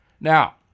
Now